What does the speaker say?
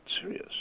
serious